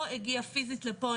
או הגיע פיזית לפה,